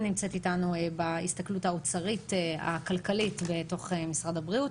אורלי בהסתכלות האוצרית הכלכלית בתוך משרד הבריאות.